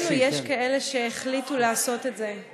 לצערנו יש כאלה שהחליטו לעשות את זה.